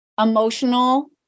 emotional